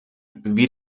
wie